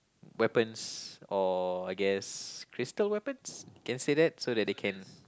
weapons or I guess crystal weapons can say that so that they can